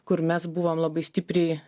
kur mes buvom labai stipriai